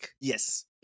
Yes